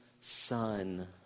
son